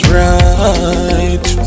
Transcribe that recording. right